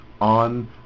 on